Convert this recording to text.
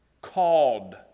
called